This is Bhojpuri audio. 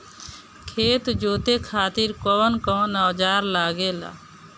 खेत जोते खातीर कउन कउन औजार लागेला?